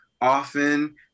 often